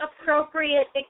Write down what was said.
appropriate